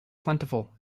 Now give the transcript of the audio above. plentiful